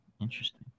Interesting